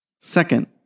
Second